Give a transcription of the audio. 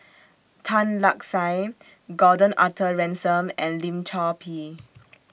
Tan Lark Sye Gordon Arthur Ransome and Lim Chor Pee